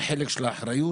חבל האחריות.